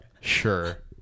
Sure